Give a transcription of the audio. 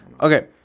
Okay